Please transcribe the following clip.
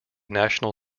national